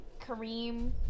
Kareem